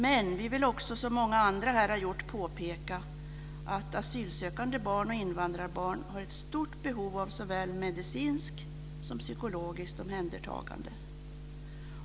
Men vi vill också, som många andra här har gjort, påpeka att asylsökande barn och invandrarbarn har ett stort behov av såväl medicinskt som psykologiskt omhändertagande.